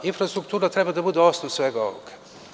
Infrastruktura treba da bude osnov svega ovoga.